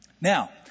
Now